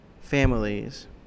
families